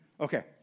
Okay